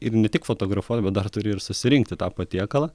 ir ne tik fotografuot bet dar turi ir susirinkti tą patiekalą